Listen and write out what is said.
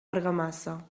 argamassa